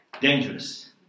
dangerous